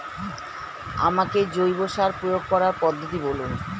আমাকে জৈব সার প্রয়োগ করার পদ্ধতিটি বলুন?